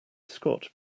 scott